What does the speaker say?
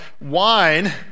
wine